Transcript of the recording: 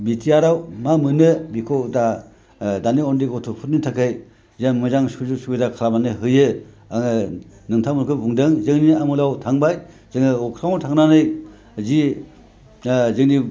बिटिआरआव मा मोनो बेखौ दा दानि उन्दै गथ'फोरनि थाखाय जे मोजां सुजुग सुबिदा खालामनानै होयो आङो नोंथांमोनखौ बुंदों जोंनि आमोलाव थांबाय जोङो अख्रांआव थांनानै जि जोंनि